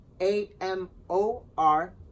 A-M-O-R